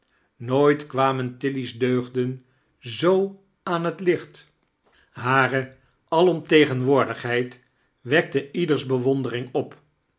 nooit kwamen tilly's deugden zoo aan het licht hare alomtegemwoordigheid wekte ieders bewondering op